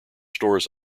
stores